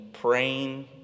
praying